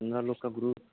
پندرہ لوگ کا گروپ